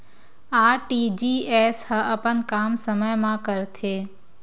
RTGS ह अपन काम समय मा करथे?